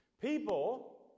People